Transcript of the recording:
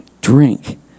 drink